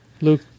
Luke